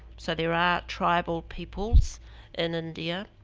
so there are tribal peoples in india,